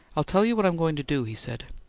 i'll tell you what i'm going to do, he said.